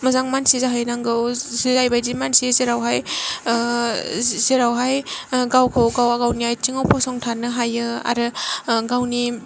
मोजां मानसि जाहैनांगौ जि जाय बाइदि मानसि जेरावहाय ओ जे जेरावहाय गावखौ गाव गावनि आथिंङाव गसंथानो हायो आरो गावनि